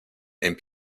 and